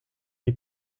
die